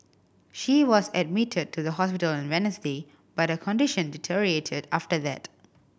she was admitted to the hospital on Wednesday but her condition deteriorated after that